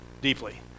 deeply